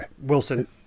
Wilson